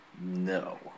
No